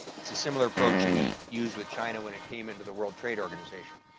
it's a similar approach we use with china when it came into the world trade organization.